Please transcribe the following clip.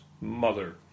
mother